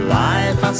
life